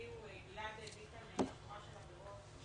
גלעד הביא כאן שורה של עבירות,